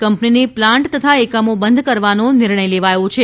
કંપનીની પ્લાન્ટ તથા એકમો બંધ કરવાનો નિર્ણય લેવાયો છે